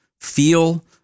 feel